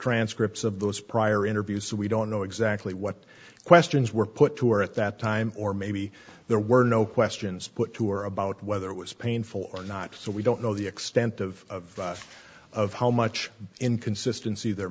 transcripts of those prior interviews so we don't know exactly what questions were put to her at that time or maybe there were no questions put to her about whether it was painful or not so we don't know the extent of of how much inconsistency there